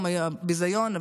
ביזיון,